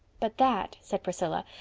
but that, said priscilla,